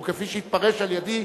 או כפי שהתפרש על-ידי,